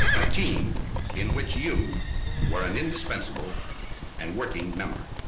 a team in which you were an indispensable and working member.